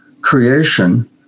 creation